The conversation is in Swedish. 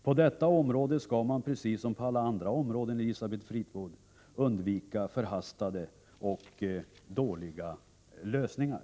På detta område skall man precis som på alla andra områden, Elisabeth Fleetwood, undvika förhastade och dåliga lösningar.